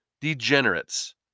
degenerates